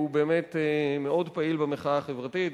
והוא באמת מאוד פעיל במחאה החברתית,